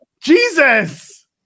Jesus